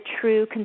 true